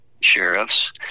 sheriffs